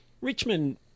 Richmond